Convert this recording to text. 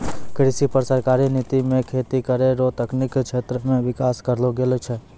कृषि पर सरकारी नीति मे खेती करै रो तकनिकी क्षेत्र मे विकास करलो गेलो छै